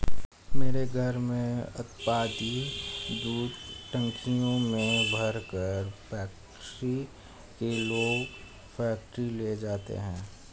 मेरे घर में उत्पादित दूध टंकियों में भरकर फैक्ट्री के लोग फैक्ट्री ले जाते हैं